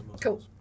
Cool